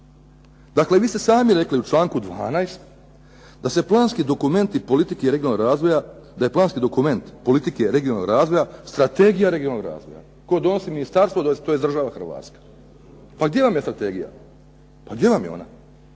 Dakle, vi ste sami rekli u članku 12. da se planski dokument politike regionalnog razvoja strategija regionalnog razvoja, koje donosi ministarstvo tj. država Hrvatska. Pa gdje vam je strategija? Pa gdje vam je ona?